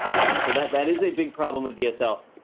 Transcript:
and so that that is a big problem with dsl,